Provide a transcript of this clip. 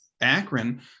Akron